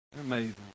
Amazing